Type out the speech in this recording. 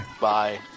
Bye